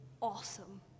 awesome